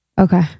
Okay